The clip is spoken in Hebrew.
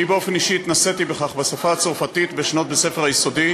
אני באופן אישי התנסיתי בכך עם השפה הצרפתית בשנות בית-הספר היסודי.